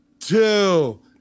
Two